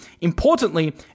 Importantly